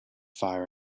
fire